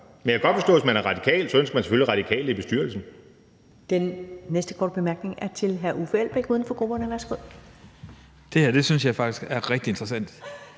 Men jeg kan godt forstå, at hvis man er radikal, vil man selvfølgelig have radikale i bestyrelsen.